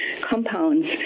compounds